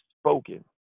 spoken